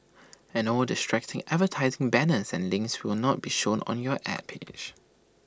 and all distracting advertising banners and links will not be shown on your Ad page